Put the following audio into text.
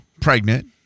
pregnant